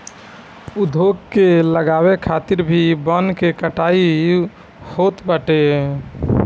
उद्योग के लगावे खातिर भी वन के कटाई होत बाटे